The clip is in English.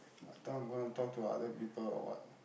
I thought I'm gonna talk to other people or what